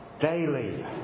daily